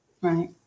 right